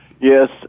Yes